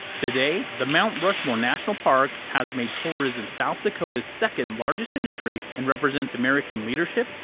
today the mount rushmore national park has made tourism south dakota's second largest industry, and represents american leadership,